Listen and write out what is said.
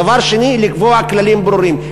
דבר שני, לקבוע דברים ברורים.